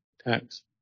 Tax